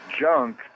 junk